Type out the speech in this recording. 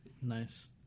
Nice